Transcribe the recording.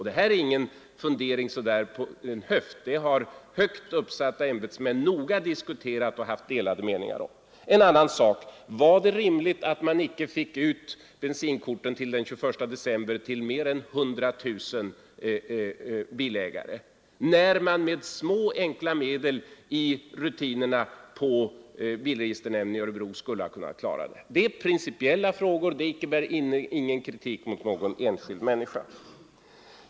— Det här är ingen fundering så där bara på en höft, utan detta har högt uppsatta ämbetsmän noga diskuterat och haft delade meningar om. En annan sak: Var det rimligt att man icke fick ut bensinkorten till mer än 100 000 bilägare till den 21 december, när man med små enkla medel i rutinerna på bilregisternämnden i Örebro skulle ha kunnat klara det? Detta är principiella frågor; de innebär icke kritik mot någon enskild människa.